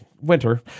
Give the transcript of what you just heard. winter